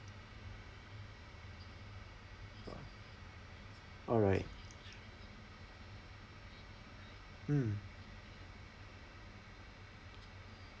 alright mm